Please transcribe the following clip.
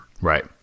Right